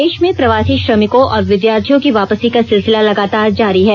प्रदेष में प्रवासी श्रमिकों और विद्यार्थियों की वापसी का सिलसिला लगातार जारी है